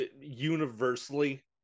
universally